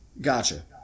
Gotcha